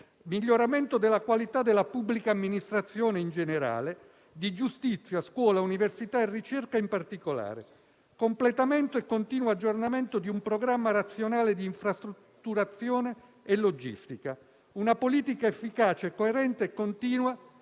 miglioramento della qualità della pubblica amministrazione in generale, di giustizia, scuola, università e ricerca in particolare; completamento e continuo aggiornamento di un programma razionale di infrastrutturazione e logistica; una politica efficace, coerente continua